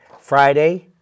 Friday